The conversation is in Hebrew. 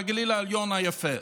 בגליל העליון היפה.